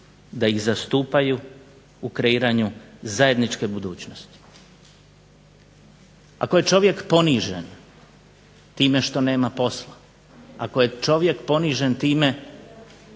da ih zastupaju u kreiranju zajedničke budućnosti. Ako je čovjek ponižen time što nema posla, time